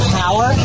power